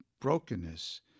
brokenness